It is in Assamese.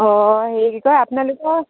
অঁ হেৰি কি কয় আপোনালোকৰ